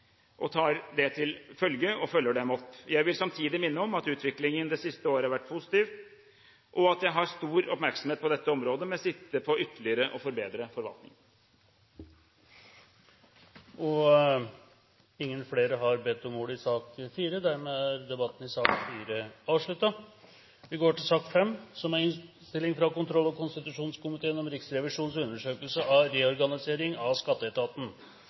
og jeg tar det til følge og følger dem opp. Jeg vil samtidig minne om at utviklingen det siste året har vært positiv, og at jeg har stor oppmerksomhet på dette området, med sikte på ytterligere å forbedre forvaltningen. Flere har ikke bedt om ordet til sak nr. 4. Det er en samlet komité som står bak innstillingen i behandlingen av Riksrevisjonens undersøkelse av reorganiseringen av skatteetaten. Riksrevisjonens undersøkelse av reorganiseringen av skatteetaten,